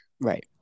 Right